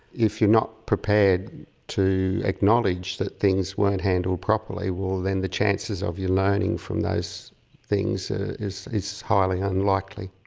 if you're not prepared to acknowledge that things weren't handled properly, well, then the chances of you learning from those things ah is, is highly unlikely.